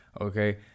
Okay